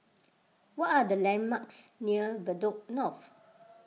what are the landmarks near Bedok North